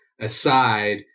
aside